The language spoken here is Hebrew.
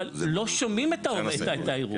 אבל לא שומעים את הערעור.